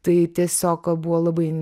tai tiesiog buvo labai